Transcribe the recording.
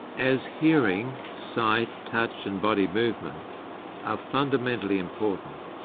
as hearing, sight, touch and body movement are fundamentally important,